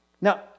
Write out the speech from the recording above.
Now